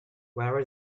where